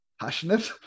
passionate